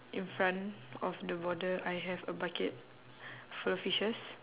in front of the border I have a bucket for the fishes